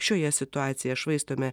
šioje situacijoje švaistome